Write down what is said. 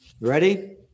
Ready